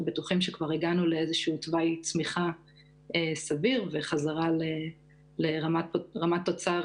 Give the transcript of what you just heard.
בטוחים שהגענו לאיזשהו תוואי צמיחה סביר וחזרה לרמת תוצר